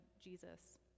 Jesus